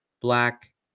black